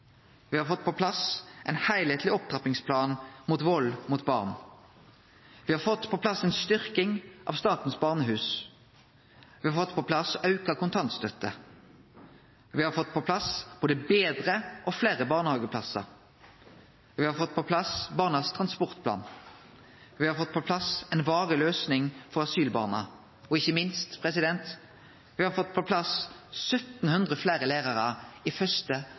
Me har fått på plass ein heilskapleg opptrappingsplan for vald mot barn. Me har fått på plass ei styrking av Statens barnehus. Me har fått på plass auka kontantstøtte. Me har fått på plass både betre og fleire barnehageplassar. Me har fått på plass Barnas transportplan. Me har fått på plass ei varig løysing for asylbarna. Og ikkje minst har me fått på plass 1 700 fleire lærarar i